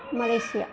Malaysia